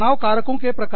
तनाव कारकों के प्रकार